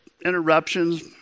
interruptions